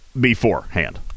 beforehand